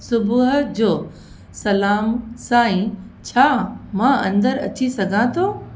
सुबूह जो सलामु साईं छा मां अंदरि अची सघां थो